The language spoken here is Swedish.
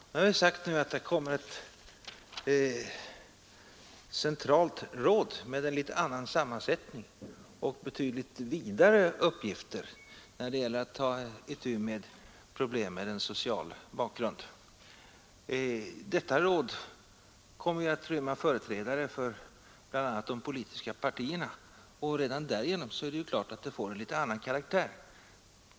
Jag har nu sagt att det kommer ett centralt råd med en något annan sammansättning och betydligt vidare uppgifter när det gäller att ta itu med problem med en social bakgrund. Detta råd kommer bl.a. att rymma företrädare för de politiska partierna, och sedan får det därigenom en annan karaktär.